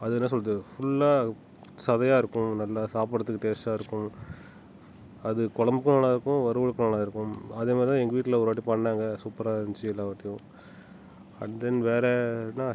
அது என்ன சொல்லுது ஃபுல்லா சதையாக இருக்கும் நல்லா சாப்பிடறதுக்கு டேஸ்ட்டாக இருக்கும் அது குழம்புக்கும் நல்லா இருக்கும் வறுவலுக்கு நல்லா இருக்கும் அதே மாதிரி தான் எங்கள் வீட்டில் ஒரு வாட்டி பண்ணாங்க சூப்பராக இருந்துச்சு எல்லா வாட்டியும் அண்ட் தென் வேறுனா